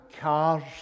cars